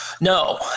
No